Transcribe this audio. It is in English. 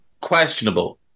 Questionable